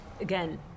again